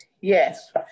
Yes